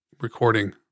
recording